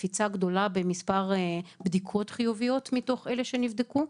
קפיצה גדולה במספר בדיקות חיוביות מתוך אלה שנבדקו.